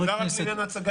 פה אנחנו עושים שעטנז,